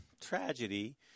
tragedy